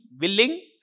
willing